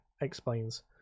explains